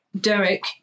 Derek